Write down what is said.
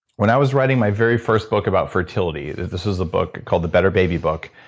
when i was writing my very first book about fertility, this is a book called the better baby book.